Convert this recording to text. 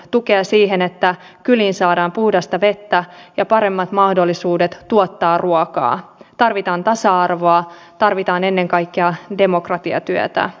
erityisen suuri mahdollisuus suomelle onkin aasian infrastruktuuri ja investointipankki aiib jonka perustamiseen suomi lähti ensimmäisten mukaan ja se oli hyvä asia